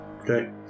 Okay